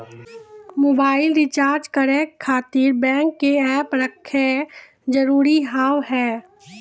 Mobile recharge करे खातिर bank के ऐप रखे जरूरी हाव है?